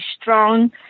strong